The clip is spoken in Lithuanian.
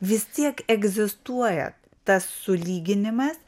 vis tiek egzistuoja tas sulyginimas